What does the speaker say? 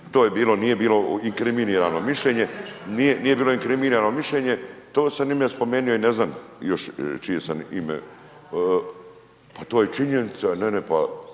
nije bilo inkriminirano mišljenje, to sam njima spomenuo i ne znam još čije sam ime, pa to je činjenica, ne, ne, pa